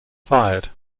fired